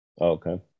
Okay